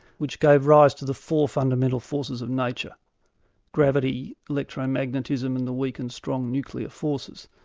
which gave rise to the four fundamental forces of nature gravity, electromagnetism, and the weak and strong nuclear forces.